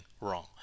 wrong